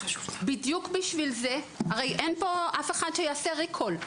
בדיוק בשביל זה, הרי אין פה אף אחד שיעשה ריקול.